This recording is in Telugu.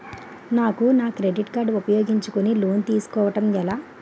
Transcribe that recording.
నాకు నా క్రెడిట్ కార్డ్ ఉపయోగించుకుని లోన్ తిస్కోడం ఎలా?